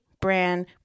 brand